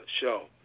show